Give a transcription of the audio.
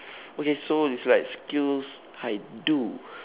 okay so it's like skills I do